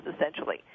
Essentially